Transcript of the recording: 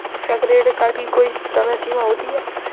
क्या credit card की कोई समय सीमा होती है?